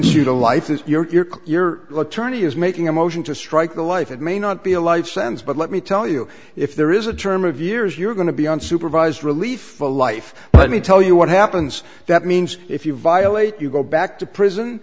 you to life is your call your look tourney is making a motion to strike the life it may not be a life sentence but let me tell you if there is a term of years you're going to be on supervised relief for life let me tell you what happens that means if you violate you go back to prison